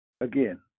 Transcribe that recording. Again